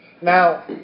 Now